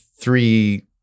three